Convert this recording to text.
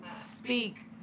speak